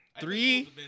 Three